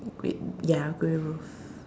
grey ya grey roof